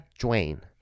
Dwayne